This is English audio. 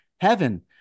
heaven